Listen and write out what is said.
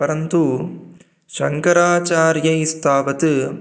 परन्तु शङ्कराचार्यैस्तावत्